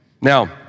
Now